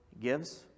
gives